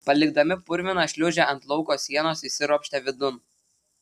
palikdami purviną šliūžę ant lauko sienos įsiropštė vidun